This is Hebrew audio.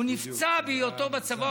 הוא נפצע בהיותו בצבא,